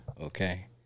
Okay